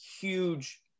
huge